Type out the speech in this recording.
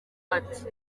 ati